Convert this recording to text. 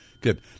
Good